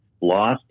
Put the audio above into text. lost